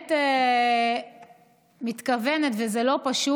באמת מתכוונת, וזה לא פשוט,